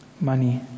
money